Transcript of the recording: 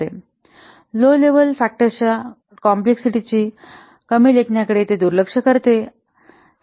हे low level घटकांच्या गुंतागुंत कमी लेखण्याकडे दुर्लक्ष करते आणि त्याकडे दुर्लक्ष करते